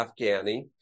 afghani